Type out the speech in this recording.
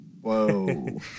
Whoa